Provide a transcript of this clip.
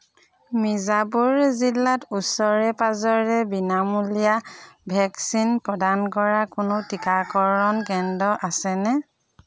মিৰ্জাপুৰ জিলাত ওচৰে পাঁজৰে বিনামূলীয়া ভেকচিন প্ৰদান কৰা কোনো টীকাকৰণ কেন্দ্ৰ আছেনে